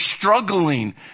struggling